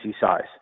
size